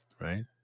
right